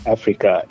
Africa